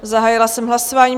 Zahájila jsem hlasování.